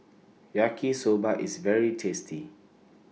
Yaki Soba IS very tasty